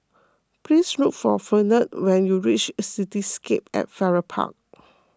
please look for Fernand when you reach Cityscape at Farrer Park